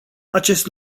acest